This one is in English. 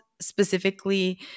specifically